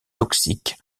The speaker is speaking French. toxiques